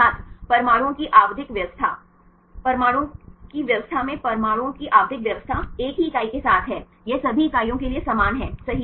छात्र परमाणुओं की आवधिक व्यवस्था परमाणुओं की व्यवस्था में परमाणुओं की आवधिक व्यवस्था एक ही इकाई के साथ है यह सभी इकाइयों के लिए समान है सही